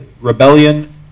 rebellion